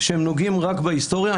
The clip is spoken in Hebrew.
שנוגעים רק בהיסטוריה.